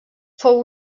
fou